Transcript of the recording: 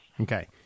Okay